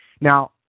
Now